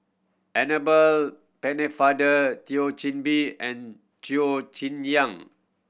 Annabel Pennefather Thio Chen Bee and Cheo Chen Yang